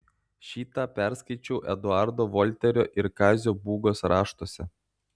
šį tą perskaičiau eduardo volterio ir kazio būgos raštuose